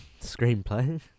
screenplay